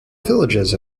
villages